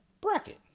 bracket